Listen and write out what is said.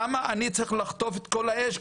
למה אני צריך לחטוף את כל האש,